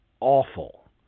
awful